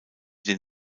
den